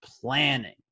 planning